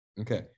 Okay